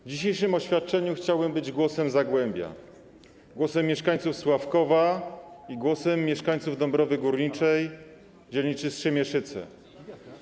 W dzisiejszym oświadczeniu chciałbym być głosem Zagłębia, głosem mieszkańców Sławkowa i głosem mieszkańców Dąbrowy Górniczej, dzielnicy Strzemieszyce.